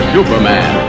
Superman